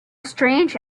strange